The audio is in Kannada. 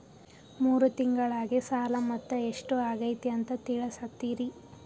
ಮೂರು ತಿಂಗಳಗೆ ಸಾಲ ಮೊತ್ತ ಎಷ್ಟು ಆಗೈತಿ ಅಂತ ತಿಳಸತಿರಿ?